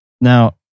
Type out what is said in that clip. Now